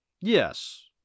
Yes